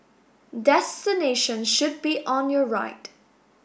destination should be on your right